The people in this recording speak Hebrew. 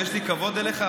ויש לי כבוד אליך,